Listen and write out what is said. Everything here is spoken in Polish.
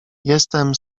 jestem